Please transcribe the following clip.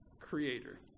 creator